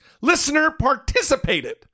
listener-participated